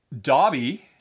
Dobby